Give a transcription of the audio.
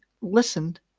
listened